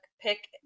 pick